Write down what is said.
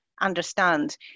understand